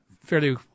fairly